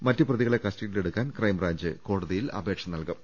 മറ്റു പ്രതികളെ കസ്റ്റഡിയിലെടുക്കാൻ ക്രൈംബ്രാഞ്ച് കോടതിയിൽ അപേക്ഷ നൽകും